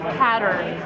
pattern